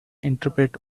interpret